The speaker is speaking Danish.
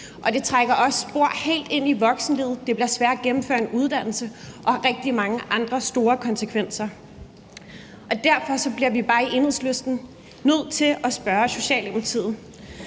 det trækker også spor helt ind i voksenlivet: Det bliver sværere at gennemføre en uddannelse, og det har rigtig mange andre store konsekvenser. Og derfor bliver vi bare i Enhedslisten nødt til at spørge Socialdemokratiet,